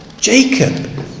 Jacob